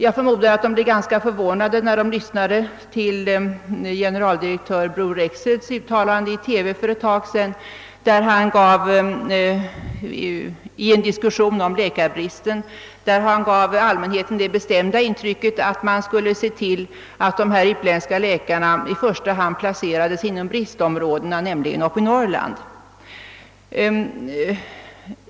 Jag förmodar att de blev ganska förvånade då de lyssnade till generaldirektör Bror Rexeds uttalande i TV för en tid sedan, då han i en diskussion om läkarbristen gav allmänheten det bestämda intrycket att man skulle se till att de utländska läkarna i första hand placerades inom bristområdena, dvs. uppe i Norrland.